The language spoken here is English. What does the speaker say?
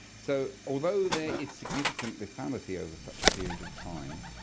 so although there is significant lethality over such a period of time,